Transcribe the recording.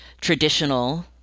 traditional